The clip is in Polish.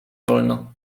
wolno